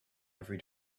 every